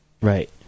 Right